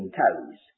toes